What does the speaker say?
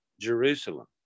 Jerusalem